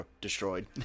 destroyed